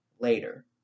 later